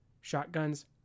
shotguns